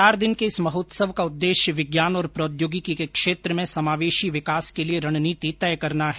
चार दिन के इस महोत्सव का उद्देश्य विज्ञान और प्रौद्योगिकी के क्षेत्र में समावेशी विकास के लिए रणनीति तय करना है